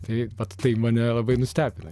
tai vat tai mane labai nustebino